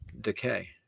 decay